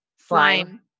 slime